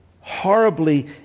horribly